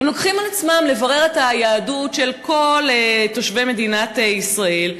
לוקח על עצמו לברר את היהדות של כל תושבי מדינת ישראל?